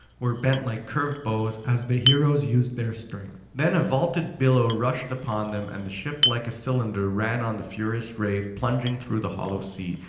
were bent like curved bows as the heroes used their strength. then a vaulted billow rushed upon them, and the ship like a cylinder ran on the furious wave plunging through the hollow sea.